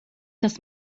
das